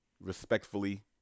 respectfully